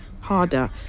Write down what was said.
harder